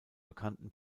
bekannten